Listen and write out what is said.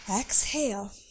Exhale